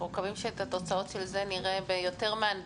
אנחנו מקווים שאת התוצאות של זה נראה בעתיד עם יותר מהנדסות.